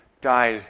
died